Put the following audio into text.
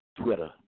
Twitter